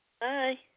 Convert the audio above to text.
Bye